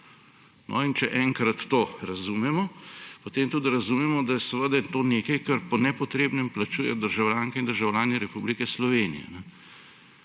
In če enkrat to razumemo, potem tudi razumemo, da je to nekaj, kar po nepotrebnem plačujejo državljanke in državljani Republike Slovenije;